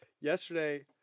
yesterday